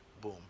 Boom